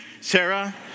Sarah